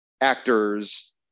actors